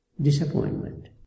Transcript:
disappointment